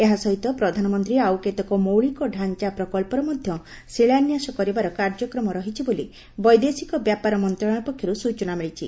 ଏହା ସହିତ ପ୍ରଧାନମନ୍ତ୍ରୀ ଆଉ କେତେକ ମୌଳିକ ଢାଞ୍ଚା ପ୍ରକଳ୍ପର ମଧ୍ୟ ଶିଳାନ୍ୟାସ କରିବାର କାର୍ଯ୍ୟକ୍ରମ ରହିଛି ବୋଲି ବୈଦେଶିକ ବ୍ୟାପାର ମନ୍ତ୍ରଣାଳୟ ପକ୍ଷରୁ ସୂଚନା ମିଳିଛି